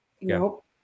Nope